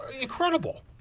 incredible